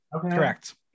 correct